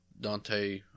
Dante